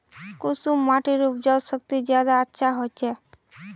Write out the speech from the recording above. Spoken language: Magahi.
कुंसम माटिर उपजाऊ शक्ति ज्यादा अच्छा होचए?